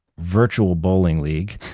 virtual bowling league,